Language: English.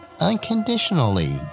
unconditionally